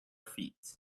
feet